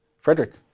Frederick